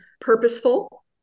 purposeful